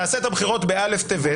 תעשה את הבחירות בא' טבת.